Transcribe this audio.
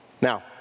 Now